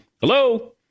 hello